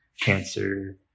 cancer